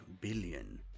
billion